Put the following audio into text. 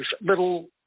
little